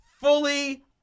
fully